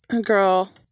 girl